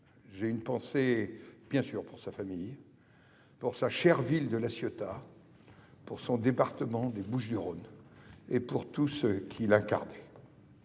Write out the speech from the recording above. sûr une pensée pour sa famille, pour sa chère ville de La Ciotat, pour son département des Bouches-du-Rhône et pour tout ce qu'il incarnait.